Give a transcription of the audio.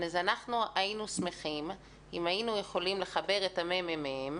היינו שמחים אם היינו יכולים לחבר את הממ"מ,